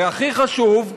והכי חשוב,